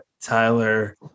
Tyler